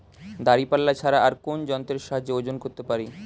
দাঁড়িপাল্লা ছাড়া আর কোন যন্ত্রের সাহায্যে ওজন করতে পারি?